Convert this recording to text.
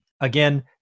Again